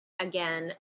again